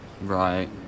Right